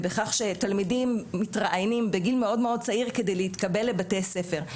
ובכך שתלמידים מתראיינים בגיל מאוד מאוד צעיר כדי להתקבל לבתי ספר.